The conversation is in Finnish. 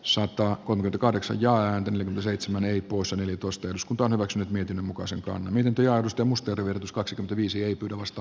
sotaa kun kahdeksan ja ääntä seitsemäne lipposen eli toisten uskontoon ovat nyt miten muka se on miten työ avusta muster verotus kaksikymmentäviisi ei vasta